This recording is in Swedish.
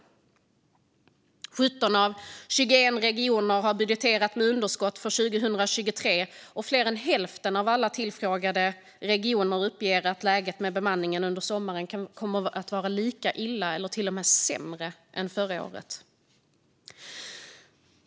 Så många som 17 av 21 regioner har budgeterat med underskott för 2023, och fler än hälften av regionerna uppger att bemanningsläget under sommaren kommer att vara lika dåligt eller till och med sämre än förra året.